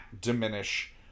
diminish